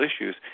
issues